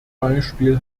beispiel